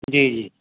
जी जी